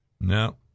No